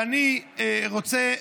ואני רוצה,